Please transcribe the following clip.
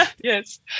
yes